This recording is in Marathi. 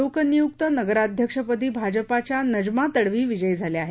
लोकनियुक्त नगराध्यक्षपदी भाजपाच्या नजमा तडवी विजयी झाल्या आहेत